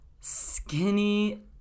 skinny